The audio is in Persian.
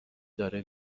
داره